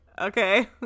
okay